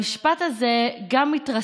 המשפט הזה מתרסק